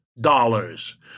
dollars